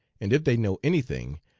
and if they know any thing,